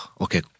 okay